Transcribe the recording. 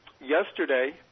yesterday